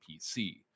PC